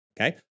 okay